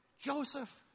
Joseph